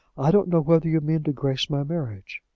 i don't know whether you mean to grace my marriage?